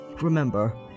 Remember